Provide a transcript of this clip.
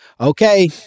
Okay